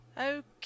Okay